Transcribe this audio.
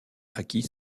acquis